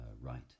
right